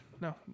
no